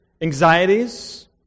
anxieties